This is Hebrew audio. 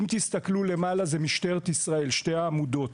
למעלה זה משטרת ישראל - שתי העמודות.